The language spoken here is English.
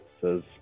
Says